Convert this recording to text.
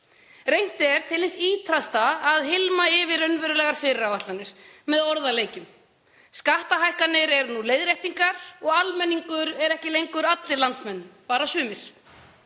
Reynt er til hins ýtrasta að hylma yfir raunverulegar fyrirætlanir með orðaleikjum. Skattahækkanir eru nú leiðréttingar og almenningur er ekki lengur allir landsmenn, bara sumir.